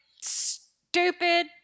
stupid